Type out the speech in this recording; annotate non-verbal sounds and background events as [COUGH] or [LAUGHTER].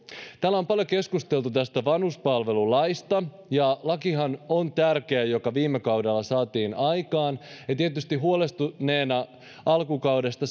täällä on paljon keskusteltu vanhuspalvelulaista tämä lakihan on tärkeä joka viime kaudella saatiin aikaan ja tietysti huolestuneena alkukaudesta [UNINTELLIGIBLE]